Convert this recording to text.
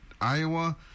Iowa